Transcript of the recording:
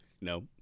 No